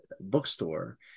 bookstore